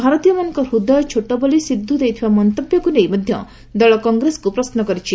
ଭାରତୀୟମାନଙ୍କ ହୂଦୟ ଛୋଟ ବୋଲି ସିଦ୍ଧୁ ଦେଇଥିବା ମନ୍ତବ୍ୟକୁ ନେଇ ମଧ୍ୟ ଦଳ କଂଗ୍ରେସକୁ ପ୍ରଶ୍ନ କରିଛି